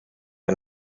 and